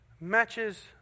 matches